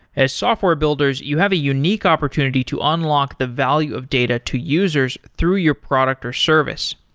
as software builders, you have a unique opportunity to unlock the value of data to users through your product or service.